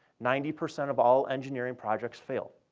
ninety percent of all engineering projects fail.